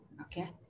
okay